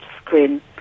screen